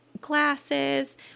glasses